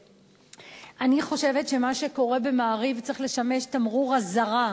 אני חושבת שמה שקורה ב"מעריב" צריך לשמש תמרור אזהרה,